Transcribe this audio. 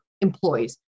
employees